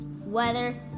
weather